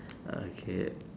okay